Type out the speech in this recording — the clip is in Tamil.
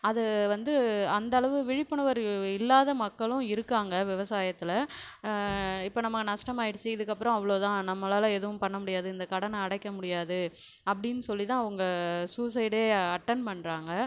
அது வந்து அந்த அளவு விழிப்புணர்வு இல்லாத மக்களும் இருக்காங்க விவசாயத்தில் இப்போ நம்ப நஷ்டமாயிடுச்சி இதுக்கு அப்புறம் அவ்வளோதான் நம்மளால் எதுவும் பண்ணமுடியாது இந்த கடனை அடைக்க முடியாது அப்படின்னு சொல்லி தான் அவங்க சூசைட் அட்டன் பண்ணுறாங்க